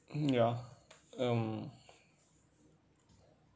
ya um